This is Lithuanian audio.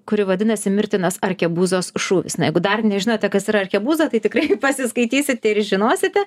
kuri vadinasi mirtinas arkebuzos šūvis na jeigu dar nežinote kas yra arkebuza tai tikrai pasiskaitysite ir žinosite